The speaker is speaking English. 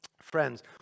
Friends